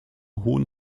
hohen